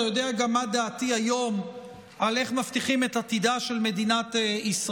אתה יודע גם מה דעתי היום על איך מבטיחים את עתידה של מדינת ישראל.